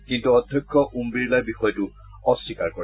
কিন্তু অধ্যক্ষ ওম বিৰলাই বিষয়টো অস্বীকাৰ কৰে